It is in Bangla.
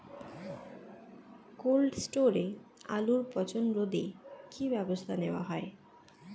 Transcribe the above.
কোল্ড স্টোরে আলুর পচন রোধে কি ব্যবস্থা নেওয়া হয়?